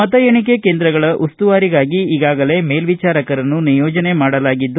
ಮತ ಎಣಿಕೆ ಕೇಂದ್ರಗಳ ಉಸ್ತುವಾರಿಗಾಗಿ ಈಗಾಗಲೇ ಮೇಲ್ವಿಚಾರಕರನ್ನು ನಿಯೋಜನೆ ಮಾಡಲಾಗಿದೆ